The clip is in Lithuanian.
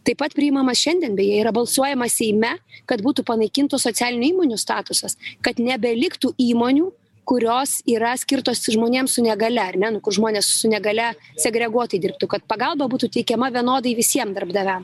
taip pat priimamas šiandien beje yra balsuojama seime kad būtų panaikintos socialinių įmonių statusas kad nebeliktų įmonių kurios yra skirtos žmonėms su negalia ar ne žmonės su negalia segreguotai dirbtų kad pagalba būtų teikiama vienodai visiem darbdaviam